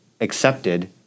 accepted